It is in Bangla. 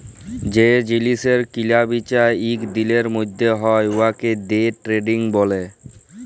যে জিলিসের কিলা বিচা ইক দিলের ম্যধে হ্যয় উয়াকে দে টেরেডিং ব্যলে